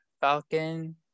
Falcon